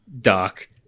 dark